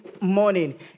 morning